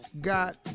got